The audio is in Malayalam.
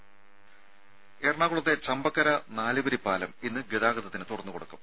രും എറണാകുളത്തെ ചമ്പക്കര നാലുവരി പാലം ഇന്ന് ഗതാഗതത്തിന് തുറന്നുകൊടുക്കും